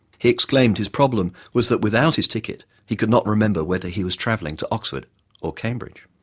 he exclaimed his problem was that without his ticket he could not remember whether he was travelling to oxford or cambridge.